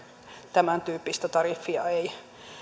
tämän tyyppistä tariffia ei